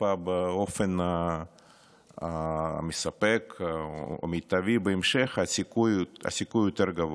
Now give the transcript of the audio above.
בשפה באופן המספק או המיטבי בהמשך הוא יותר גבוה.